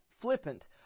flippant